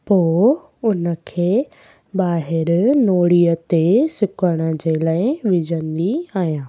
पोइ उन खे ॿाहिरि नोड़ीअ ते सुकण जे लाइ विझंदी आहियां